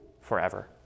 forever